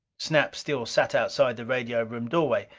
snap still sat outside the radio room doorway.